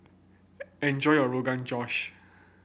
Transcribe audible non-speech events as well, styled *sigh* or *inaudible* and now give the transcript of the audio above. *unintelligible* enjoy your Rogan Josh